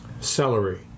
Celery